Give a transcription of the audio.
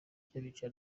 by’abinjira